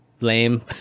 lame